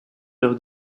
leur